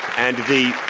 and the